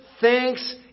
thanks